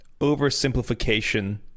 oversimplification